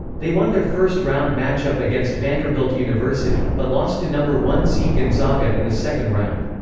they won their first round matchup against vanderbilt university, but lost to number one seed gonzaga in the second round.